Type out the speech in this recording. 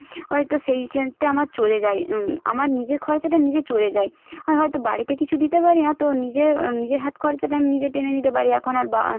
হয় তো সেইখেনতে আমার চলে যায় আমার নিজের খরচাটা নিজের চলে যায় আর হয়তো বাড়িতে কিছু দিতে পারি না তো নিজের নিজের হাত খরচাটা আমি নিজে টেনে নিতে পারি এখন আর বা